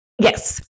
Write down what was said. yes